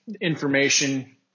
information